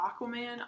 Aquaman